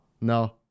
no